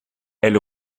elle